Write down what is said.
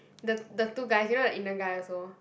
the the two guys you know the Indian guy also